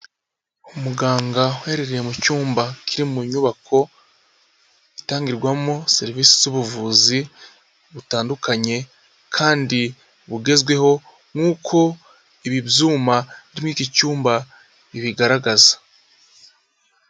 Umuganga uherereye mu cyumba kiri mu nyubako itangirwamo serivisi z'ubuvuzi butandukanye kandi bugezweho nk'uko ibi byuma biri mu iki cyumba bibigaragaza.